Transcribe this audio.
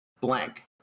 blank